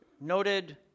noted